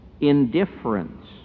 indifference